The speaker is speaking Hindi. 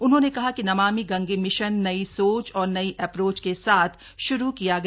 उन्होंने कहा कि नमामि गंगे मिशन नई सोच और नई एप्रोच के साथ श्रू किया गया